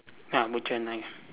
ya butcher knife